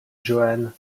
johan